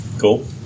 Cool